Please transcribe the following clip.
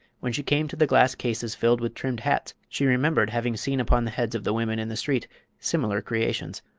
when she came to the glass cases filled with trimmed hats she remembered having seen upon the heads of the women in the street similar creations.